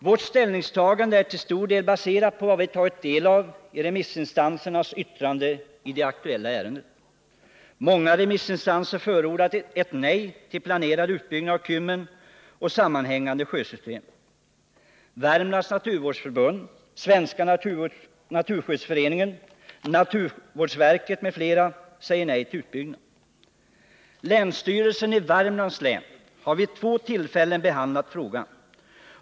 Vårt ställningstagande är till stor del baserat på remissinstansernas yttranden i det aktuella ärendet. Många remissinstanser förordar ett nej till planerad utbyggnad av Kymmen och därmed sammanhängande sjösystem. Värmlands naturvårdsförbund, Svenska naturskyddsföreningen, naturvårdsverket m.fl. säger nej till utbyggnad. Länsstyrelsen i Värmlands län har vid två tillfällen behandlat frågan.